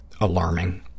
Alarming